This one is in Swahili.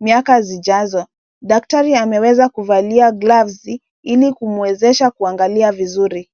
miaka zijazo. Daktari ameweza kuvalia glavzi ili kumuwezesha kuangalia vizuri.